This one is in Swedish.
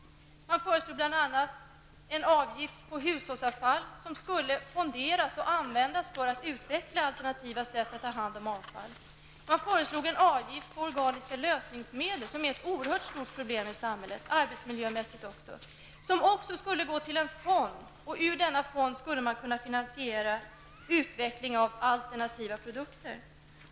Pengarna skulle fonderas och användas för att utveckla alternativa sätt att ta hand om avfall. Utredningen föreslog en avgift på organiska lösningsmedel, något som även arbetsmiljömässigt är ett oerhört stort problem i samhället. Också dessa avgifter skulle gå till en fond. Ur denna fond skulle man kunna finansiera utveckling av alternativa produkter.